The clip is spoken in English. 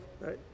right